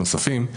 הנוספים,